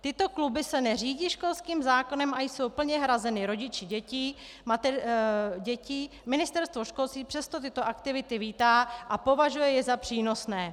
Tyto kluby se neřídí školským zákonem a jsou plně hrazeny rodiči dětí, Ministerstvo školství přesto tyto aktivity vítá a považuje je za přínosné.